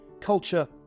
culture